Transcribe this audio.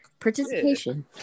participation